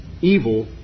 evil